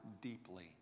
deeply